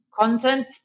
content